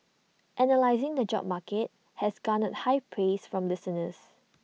analysing the job market has garnered high praise from listeners